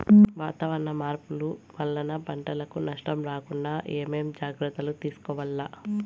వాతావరణ మార్పులు వలన పంటలకు నష్టం రాకుండా ఏమేం జాగ్రత్తలు తీసుకోవల్ల?